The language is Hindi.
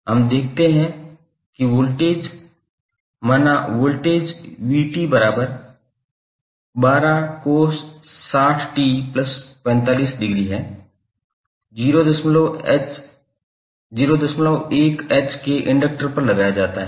हम देखते हैं कि वोल्टेज माना वोल्टेज 𝑣𝑡12cos60𝑡45° 01H के इंडक्टर पर लगाया जाता है